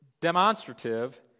demonstrative